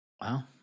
Wow